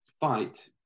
fight